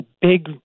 big